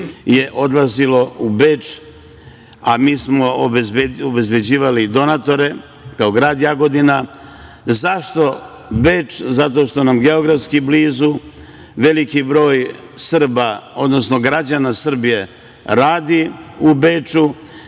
je odlazilo u Beč, a mi smo obezbeđivali donatore, kao grad Jagodina. Zašto Beč? Zato što nam je geografski blizu. Veliki broj Srba, odnosno građana Srbije radi u Beču,